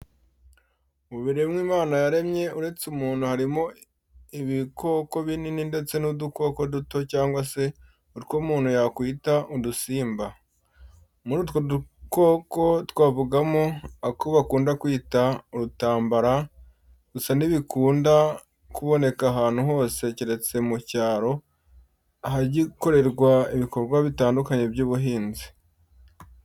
Mu biremwa Imana yaremye uretse umuntu harimo ibikoko binini ndetse n'udukoko duto cyangwa se utwo umuntu yakwita udusimba. Muri utwo dukoko twavugamo ako bakunda kwita urutambara gusa ntirukunda kuboneka ahantu hose keretse mu cyaro ahagikorerwa ibikorwa bitandukanye by'ubuhinzi.